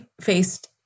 faced